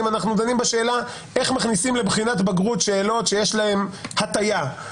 אנחנו דנים בשאלה איך מכניסים לבחינות בגרות שאלות שיש להן הטיה.